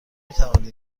میتوانید